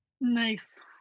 Nice